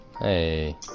Hey